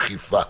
אכיפה).